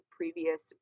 previous